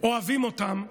אוהבים אותם,